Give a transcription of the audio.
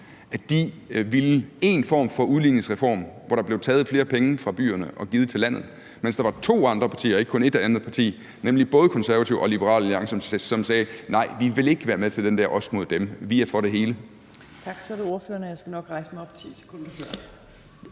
byerne, ville én form for udligningsreform, hvor der blev taget flere penge fra byerne og givet til landet, mens der var to andre partier og ikke kun et andet parti, nemlig både Konservative og Liberal Alliance, som sagde: Nej, vi vil ikke være med til den der os mod dem. Vi er for det hele.